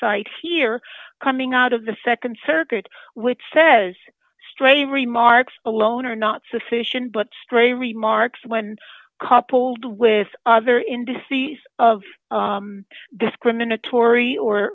cite here coming out of the nd circuit which says straight remarks alone are not sufficient but stray remarks when coupled with other indices of discriminatory or